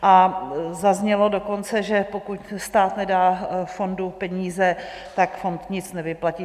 A zaznělo dokonce, že pokud stát nedá fondu peníze, tak fond nic nevyplatí.